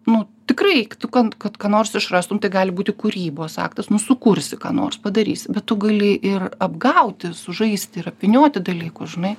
nu tikrai tu kad kad ką nors išrastum tai gali būti kūrybos aktas nu sukursi ką nors padarysi bet tu gali ir apgauti sužaisti ir apvynioti dalykus žinai